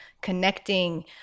connecting